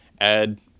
add